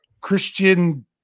Christian